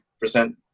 percent